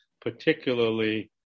particularly